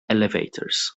elevators